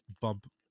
bump